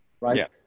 right